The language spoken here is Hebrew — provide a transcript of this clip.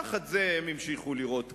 תחת זה הם המשיכו לירות "קסאמים",